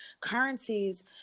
currencies